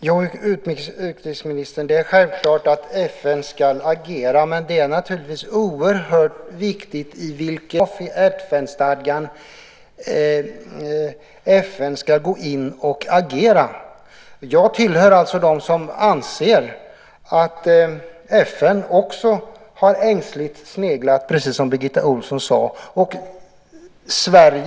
Herr talman! Ja, utrikesministern, det är självklart att FN ska agera. Men det är naturligtvis oerhört viktigt enligt vilken paragraf i FN-stadgan FN ska gå in och agera. Jag tillhör alltså dem som anser att FN, precis som Birgitta Ohlsson sade, har sneglat ängsligt.